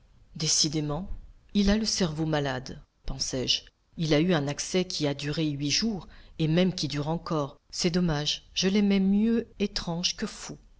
décidément il a le cerveau malade pensai-je il a eu un accès qui a dure huit jours et même qui dure encore c'est dommage je l'aimais mieux étrange que fou